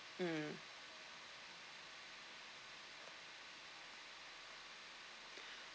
mm